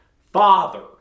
father